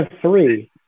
three